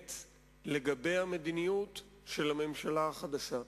האמת לגבי המדיניות של הממשלה החדשה.